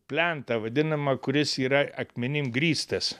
plentą vadinamą kuris yra akmenim grįstas